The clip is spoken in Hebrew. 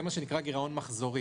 זה מה שנקרא "גירעון מחזורי".